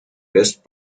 best